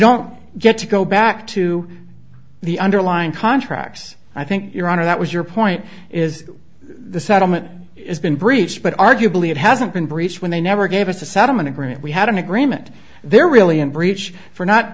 don't get to go back to the underlying contracts i think your honor that was your point is the settlement has been breached but arguably it hasn't been breached when they never gave us a settlement agreement we had an agreement they're really in breach for not